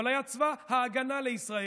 אבל היה "צבא ההגנה לישראל".